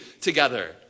together